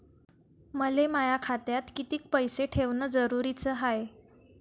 मले माया खात्यात कितीक पैसे ठेवण जरुरीच हाय?